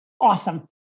awesome